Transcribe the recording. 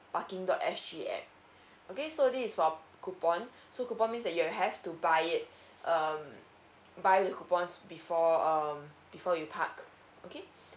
parking dot S G app okay so this is for coupon so coupon means that you have to buy it um buy a coupon before um before you park okay